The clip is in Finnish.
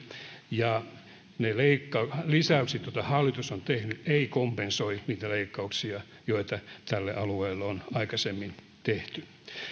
ne lisäykset joita hallitus on tehnyt eivät kompensoi niitä leikkauksia joita tälle alueelle on aikaisemmin tehty